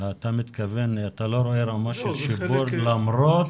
אתה מתכוון שאתה לא רואה רמה של שיפור למרות